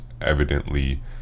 evidently